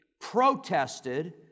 protested